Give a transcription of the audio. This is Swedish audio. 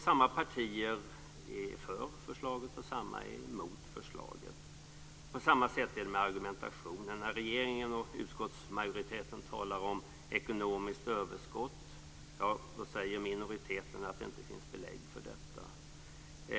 Samma partier är för förslaget, och samma partier är emot förslaget. På samma sätt är det med argumentationen. När regeringen och utskottsmajoriteten talar om ekonomiskt överskott, då säger minoriteten att det inte finns belägg för detta.